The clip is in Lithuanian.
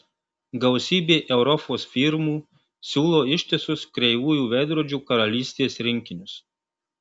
gausybė europos firmų siūlo ištisus kreivųjų veidrodžių karalystės rinkinius